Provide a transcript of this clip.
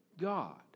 God